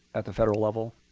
at the federal level?